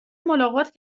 ملاقات